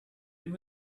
you